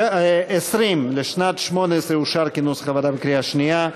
סעיף 20 לשנת 2018 אושר כנוסח הוועדה בקריאה שנייה.